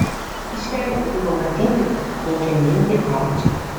iš veido buvo matyti kokią mintį audžia